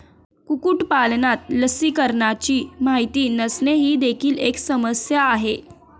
कुक्कुटपालनात लसीकरणाची माहिती नसणे ही देखील एक समस्या आहे